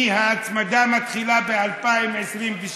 כי ההצמדה מתחילה ב-2022.